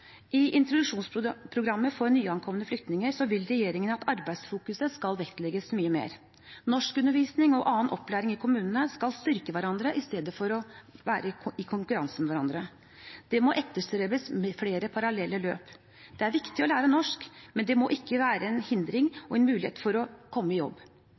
I introduksjonsprogrammet for nyankomne flyktninger vil regjeringen at arbeidsfokuseringen skal vektlegges mye mer. Norskundervisning og annen opplæring i kommunene skal styrke hverandre i stedet for å være i konkurranse med hverandre. Det må etterstrebes flere parallelle løp. Det er viktig å lære norsk, men det må ikke være en hindring for en mulighet for å komme i jobb.